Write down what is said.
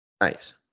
Nice